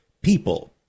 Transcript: people